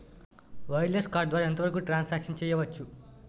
Wireless card ద్వారా ఎంత వరకు ట్రాన్ సాంక్షన్ చేయవచ్చు?